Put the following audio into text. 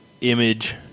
image